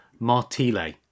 Martile